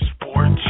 Sports